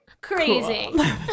Crazy